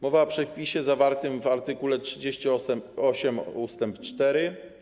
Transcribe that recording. Mowa o przepisie zawartym w art. 38 ust. 4.